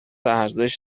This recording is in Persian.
ارزش